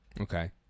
Okay